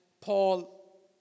Paul